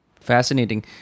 fascinating